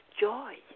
joy